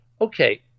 okay